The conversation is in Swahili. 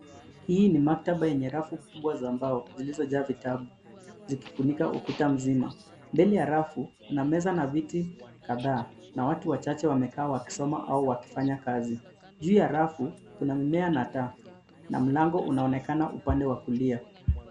Hii ni maktaba yenye rafu kubwa za mbao zilizojaa vitabu zikifunika ukuta mzima. Mbele ya rafu, kuna meza na viti kadhaa na watu wachache wamekaa wakisoma au wakifanya kazi. Juu ya rafu, kuna mmea na taa na mlango unaonekana upande wa kulia.